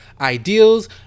ideals